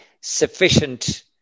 sufficient